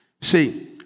See